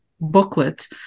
booklet